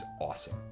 awesome